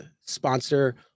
sponsor